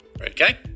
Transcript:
okay